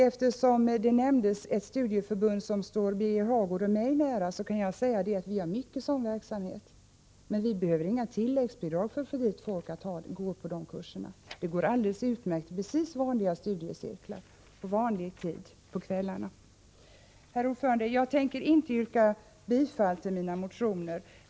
Eftersom det nämndes ett studieförbund som står Birger Hagård och mig nära kan jag säga att vi har en omfattande sådan undervisning i matematik och svenska. Men vi behöver inga tilläggsbidrag för att få folk att delta i de kurserna. Det går alldeles utmärkt utan bidrag. Det är helt vanliga studiecirklar på normal tid på kvällarna. Herr talman! Jag tänker inte yrka bifall till mina motioner.